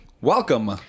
Welcome